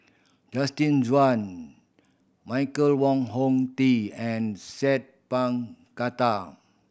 Justin Zhuang Michael Wong Hong Teng and Sat Pal Khattar